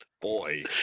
boy